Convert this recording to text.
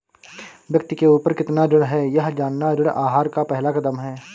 व्यक्ति के ऊपर कितना ऋण है यह जानना ऋण आहार का पहला कदम है